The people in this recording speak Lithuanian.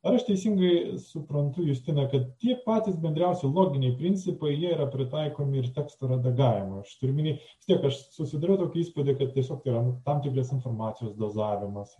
ar aš teisingai suprantu justina kad tie patys bendriausi loginiai principai jie yra pritaikomi ir teksto redagavimui aštriu omeny vis tiek aš susidariau tokį įspūdį kad tiesiog tai yra tam tikros informacijos dozavimas